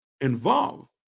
involved